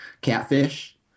Catfish